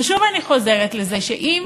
ושוב אני חוזרת לזה שאם